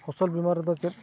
ᱯᱷᱚᱥᱚᱞ ᱵᱤᱢᱟ ᱨᱮᱫᱚ ᱪᱮᱫ